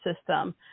system